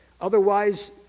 Otherwise